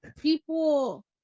people